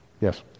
Yes